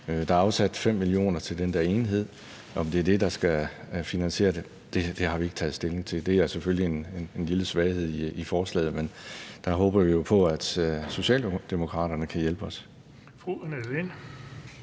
Der er afsat 5 mio. kr. til den der enhed – om det er dem, der skal finansiere det, har vi ikke taget stilling til. Det er selvfølgelig en lille svaghed i forslaget, men der håber vi jo på, at Socialdemokraterne kan hjælpe os.